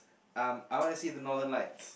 um I wanna see the northern lights